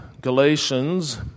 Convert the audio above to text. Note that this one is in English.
Galatians